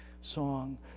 song